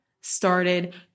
started